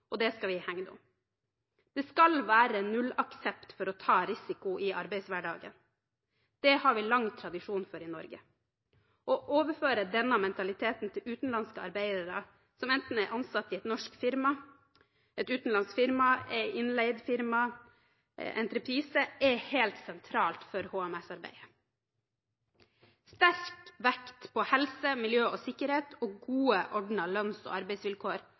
Og det skal vi hegne om. Det skal være nullaksept for å ta risiko i arbeidshverdagen. Det har vi lang tradisjon for i Norge. Å overføre denne mentaliteten til utenlandske arbeidere som enten er ansatt i et norsk firma, et utenlandsk firma, et innleid firma, eller en entreprise, er helt sentralt for HMS-arbeidet. Sterk vekt på helse, miljø og sikkerhet og gode, ordnede lønns- og arbeidsvilkår